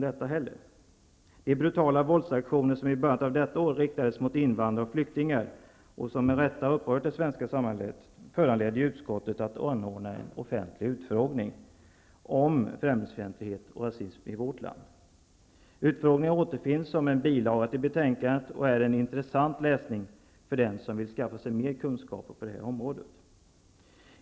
De brutala våldsaktioner som i början av detta år riktades mot invandrare och flyktingar och som med rätta upprörde det svenska samhället föranledde utskottet att anordna en offentlig utfrågning om främlingsfientlighet och rasism i vårt land. Utfrågningen återfinns som en bilaga till betänkandet och är en intressant läsning för den som vill skaffa sig mer kunskaper på området.